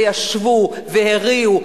וישבו והריעו.